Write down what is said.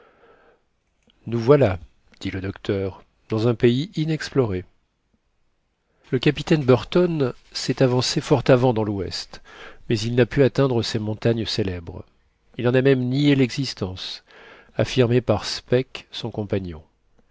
nous voilà dit le docteur dans un pays inexploré le capitaine burton s'est avancé fort avant dans louest mais il n'a pu atteindre ces montagnes célèbres il en a même nié l'existence affirmée par speke son compagnon